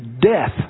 death